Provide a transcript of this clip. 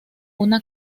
una